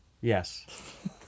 Yes